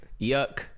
yuck